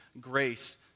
grace